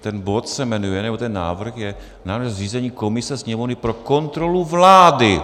Ten bod se jmenuje, nebo ten návrh je návrh na zřízení komise Sněmovny pro kontrolu vlády!